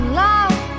love